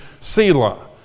Selah